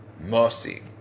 mercy